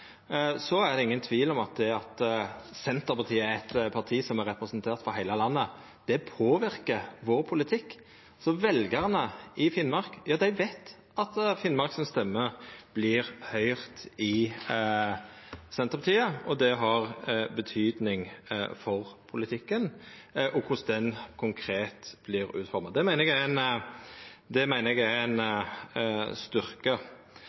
Det er ingen tvil om at det at Senterpartiet er eit parti som er representert frå heile landet, påverkar vår politikk. Veljarane i Finnmark veit at Finnmark si stemme vert høyrd i Senterpartiet, og det har betyding for politikken og korleis han konkret vert utforma. Det meiner eg er ein styrke. Når det